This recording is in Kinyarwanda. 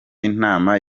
inama